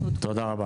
תודה רבה.